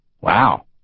Wow